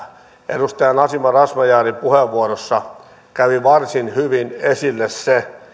edustaja nasima razmyarin puheenvuorossa kävi varsin hyvin esille se